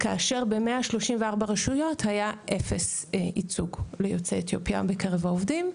כאשר ב- 134 רשויות היה 0 ייצוג ליוצאי אתיופיה בקרב העובדים,